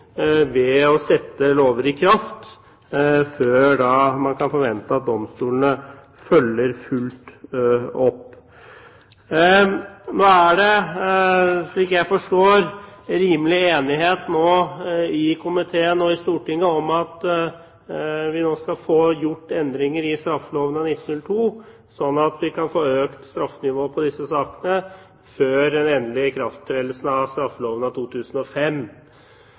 ved å sette lover i kraft, før man kan forvente at domstolene følger fullt opp. Nå er det, slik jeg forstår, rimelig enighet i komiteen og i Stortinget om at vi skal få gjort endringer i straffeloven av 1902, slik at vi kan få økt straffenivået på disse sakene før den endelige ikrafttredelsen av straffeloven av 2005.